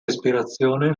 respirazione